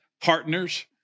partners